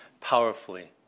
powerfully